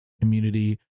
community